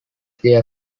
their